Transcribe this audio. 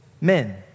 Men